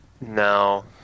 No